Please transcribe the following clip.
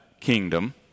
kingdom